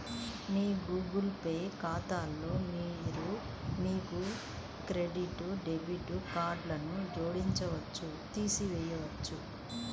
మీ Google Pay ఖాతాలో మీరు మీ క్రెడిట్, డెబిట్ కార్డ్లను జోడించవచ్చు, తీసివేయవచ్చు